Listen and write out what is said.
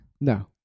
No